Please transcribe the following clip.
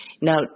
Now